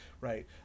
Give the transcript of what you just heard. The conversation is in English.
right